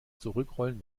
zurückrollen